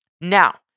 Now